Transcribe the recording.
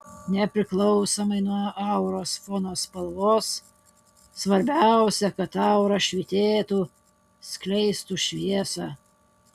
nepriklausomai nuo auros fono spalvos svarbiausia kad aura švytėtų skleistų šviesą